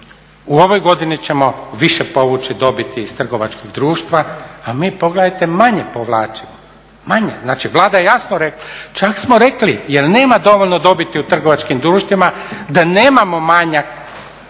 U ovoj godini ćemo više povući dobiti iz trgovačkih društva, a mi pogledajte manje povlačimo, manje. Znači, Vlada je jasno rekla. Čak smo rekli, jer nema dovoljno dobiti u trgovačkim društvima da nemamo manjak